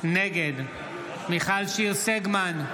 נגד מיכל שיר סגמן,